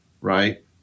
Right